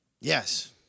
Yes